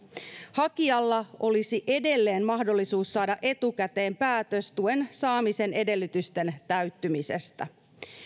hakijalla olisi edelleen mahdollisuus saada etukäteen päätös tuen saamisen edellytysten täyttymisestä